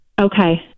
Okay